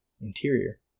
Interior